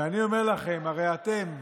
ואני אומר לכם, הרי אתם,